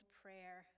prayer